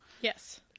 Yes